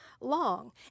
long